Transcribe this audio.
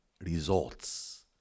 results